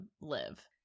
live